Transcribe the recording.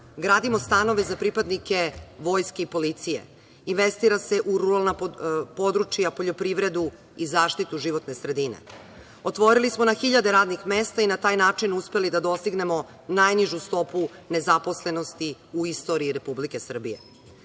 Gradimo stanove za pripadnike vojske i policije. Investira se u ruralna područja, poljoprivredu i zaštitu životne sredine. Otvorili smo na hiljade radnih mesta i na taj način uspeli da dostignemo najnižu stopu nezaposlenosti u istoriji Republike Srbije.